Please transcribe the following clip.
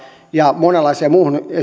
ja monenlaiseen muuhun